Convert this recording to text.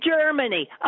Germany